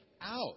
out